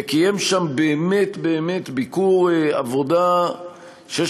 וקיים שם באמת באמת ביקור עבודה שיש